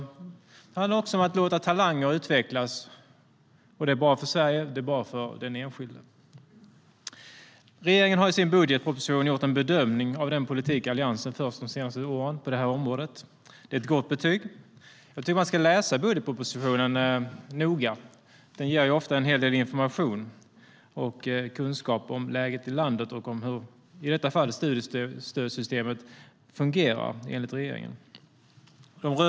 Det handlar också om att låta talanger utvecklas. Det är bra för Sverige och den enskilde. Regeringen har i sin budgetproposition gjort en bedömning av den politik Alliansen fört de senaste åren på det här området. Det är ett gott betyg. Man ska läsa budgetpropositionen noga. Den ger ofta en hel del information om läget i landet och, i detta fall, om hur studiestödssystemet enligt regeringen fungerar.